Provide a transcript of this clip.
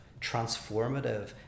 transformative